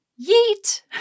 yeet